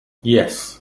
yes